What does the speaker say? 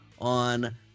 on